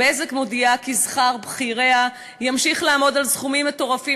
"בזק" מודיעה כי שכר בכיריה ימשיך לעמוד על סכומים מטורפים